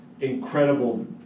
incredible